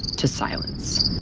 to silence